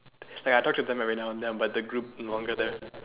ya I talk to them every now and then but the group no longer there